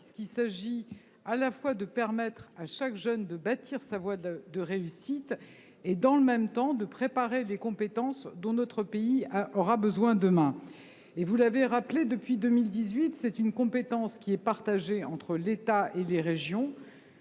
: il s’agit à la fois de permettre à chaque jeune de bâtir sa voie de réussite et de nous doter des compétences dont notre pays aura besoin demain. Vous l’avez rappelé, depuis 2018, cette compétence est partagée entre l’État et les régions,